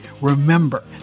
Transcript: Remember